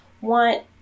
want